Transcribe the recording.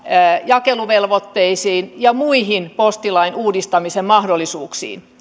jakeluvelvoitteisiin ja muihin postilain uudistamisen mahdollisuuksiin